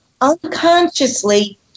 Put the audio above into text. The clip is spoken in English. Unconsciously